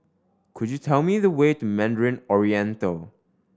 could you tell me the way to Mandarin Oriental